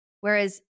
Whereas